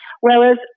Whereas